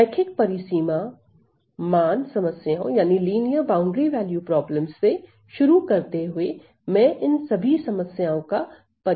रैखिक परिसीमा मान समस्याओं से शुरू करते हुए मैं इन सभी समस्याओं का परिचय बाद में दूंगा